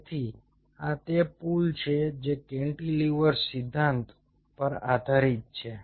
તેથી આ તે પુલ છે જે કેન્ટિલીવર સિદ્ધાંત પર આધારિત છે